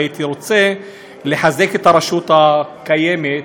והייתי רוצה לחזק את הרשות הקיימת,